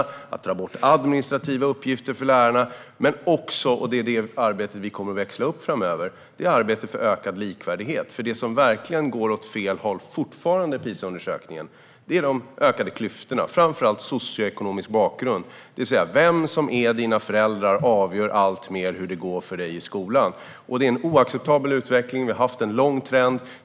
Det handlar om att dra bort administrativa uppgifter för lärarna. Men det handlar också om - och det är det arbetet vi kommer att växla upp framöver - arbetet för ökad likvärdighet. För det som verkligen fortfarande går åt fel håll i PISA-undersökningen handlar om de ökade klyftorna och framför allt om socioekonomisk bakgrund. Vilka som är dina föräldrar avgör alltmer hur det går för dig i skolan. Det är en oacceptabel utveckling. Vi har haft en långvarig trend.